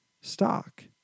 stock